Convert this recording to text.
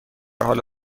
حال